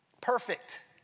perfect